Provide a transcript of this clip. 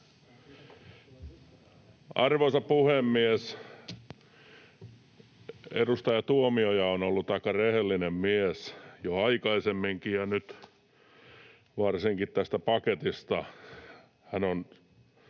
Arvoisa puhemies! Edustaja Tuomioja on ollut aika rehellinen mies jo aikaisemminkin, ja varsinkin nyt tästä paketista